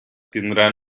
tindran